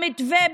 על המתווה,